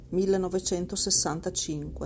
1965